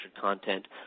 content